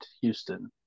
Houston